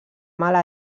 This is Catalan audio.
mala